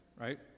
right